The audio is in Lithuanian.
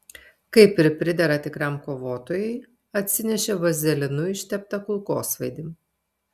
kaip ir pridera tikram kovotojui atsinešė vazelinu išteptą kulkosvaidį